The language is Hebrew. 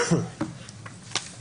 (הצגת מצגת)